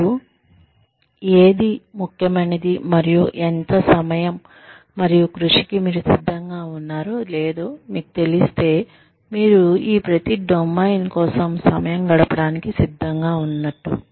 మీకు ఏది ముఖ్యమైనది మరియు ఎంత సమయం మరియు కృషికి మీరు సిద్ధంగా ఉన్నారో లేదో మీకు తెలిస్తే మీరు ఈ ప్రతి డొమైన్ కోసం సమయం గడపడానికి సిద్ధంగా ఉన్నారు